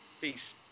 Peace